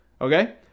Okay